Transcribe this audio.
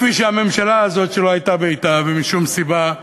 כפי שהממשלה הזאת, שלא הייתה בעתה ומשום סיבה,